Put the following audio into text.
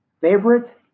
favorite